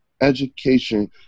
education